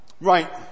Right